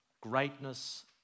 greatness